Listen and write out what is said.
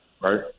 right